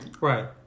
Right